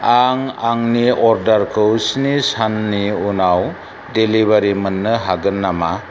आं आंनि अर्डारखौ स्नि साननि उनाव डेलिबारि हागोन नामा